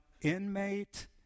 inmate